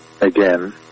Again